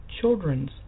children's